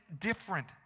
different